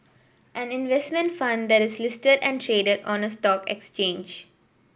an investment fund that is listed and traded on a stock exchange